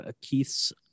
Keith's